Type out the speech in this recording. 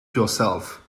yourself